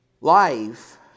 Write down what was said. Life